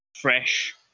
fresh